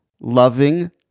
Loving